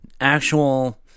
actual